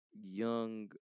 young